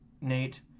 Nate